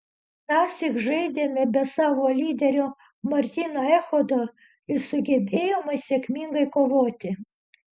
tąsyk žaidėme be savo lyderio martyno echodo ir sugebėjome sėkmingai kovoti